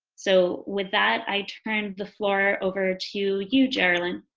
so with that i turned the floor over to you geralyn.